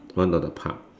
one of the pub